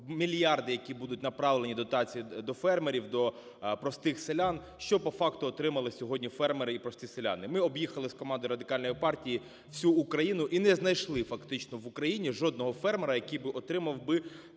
мільярди, які будуть направлені дотації до фермерів, до простих селян. Що по факту отримали сьогодні фермери і прості селяни? Ми об'їхали з командою Радикальної партії всю Україну і не знайшли, фактично, в Україні жодного фермера, який отримав би